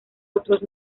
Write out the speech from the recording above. otros